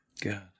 God